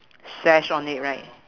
sash on it right